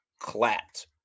clapped